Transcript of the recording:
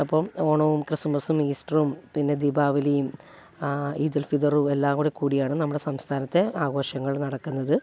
അപ്പം ഓണവും ക്രിസ്മസും ഈസ്റ്ററും പിന്നെ ദീപാവലിയും ഈദ് ഉൽ ഫിദറും എല്ലാം കൂടി കൂടിയാണ് നമ്മുടെ സംസ്ഥാനത്തെ ആഘോഷങ്ങൾ നടക്കുന്നത്